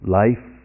life